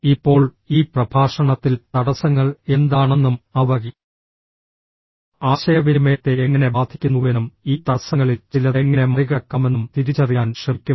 ഇപ്പോൾ ഈ പ്രഭാഷണത്തിൽ തടസ്സങ്ങൾ എന്താണെന്നും അവ ആശയവിനിമയത്തെ എങ്ങനെ ബാധിക്കുന്നുവെന്നും ഈ തടസ്സങ്ങളിൽ ചിലത് എങ്ങനെ മറികടക്കാമെന്നും തിരിച്ചറിയാൻ ശ്രമിക്കും